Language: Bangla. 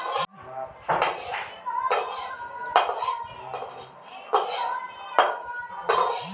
তুত রেশম এক ধরণের পতঙ্গ যেখান হইতে সিল্ক হতিছে